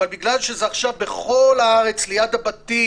אבל בגלל שזה עכשיו בכל הארץ ליד הבתים,